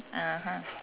(uh huh)